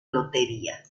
lotería